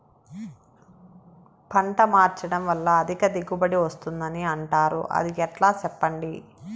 పంట మార్చడం వల్ల అధిక దిగుబడి వస్తుందని అంటారు అది ఎట్లా సెప్పండి